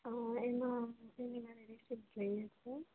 હ એમાં એની મારે રીસિપ જોઈએ છે